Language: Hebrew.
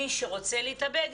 מי שרוצה להתאבד,